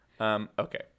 Okay